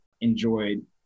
enjoyed